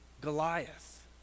Goliath